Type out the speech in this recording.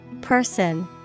Person